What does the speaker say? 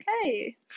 okay